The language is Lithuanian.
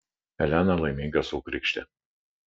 elena laiminga sukrykštė